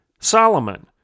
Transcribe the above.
Solomon